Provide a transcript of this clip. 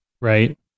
Right